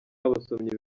abasomyi